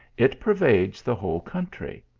it pervades the whole country.